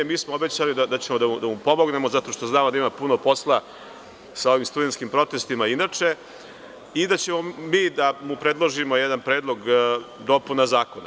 Mi smo obećali da mu pomognemo zato što znamo da ima puno posla sa ovim studentskim protestima inače i da ćemo predložiti jedan Predlog dopuna zakona.